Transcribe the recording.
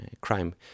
crime